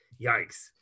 yikes